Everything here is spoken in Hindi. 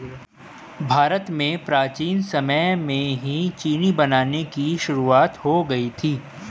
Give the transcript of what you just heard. भारत में प्राचीन समय में ही चीनी बनाने की शुरुआत हो गयी थी